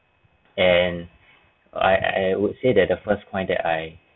and I I would say that the first point that I